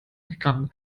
gegangen